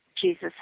Jesus